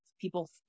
People